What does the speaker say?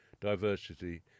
diversity